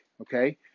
okay